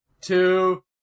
Two